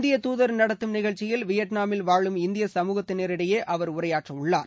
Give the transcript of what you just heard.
இந்திய தூதர் நடத்தும் நிகழ்ச்சியில் வியட்நாமில் வாழும் இந்திய சமூகத்தினரிடையே அவர் உரையாற்றுகிறார்